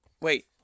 Wait